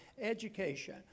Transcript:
Education